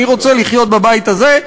רוצה לחיות בבית הזה,